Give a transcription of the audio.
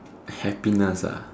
happiness ah